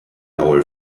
our